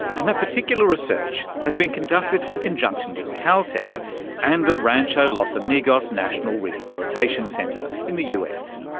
and that particular research has been conducted in conjunction with caltech and the rancho los amigos national rehabilitation center in the us.